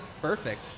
Perfect